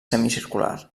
semicircular